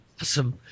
Awesome